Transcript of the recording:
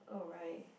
oh right